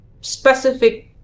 specific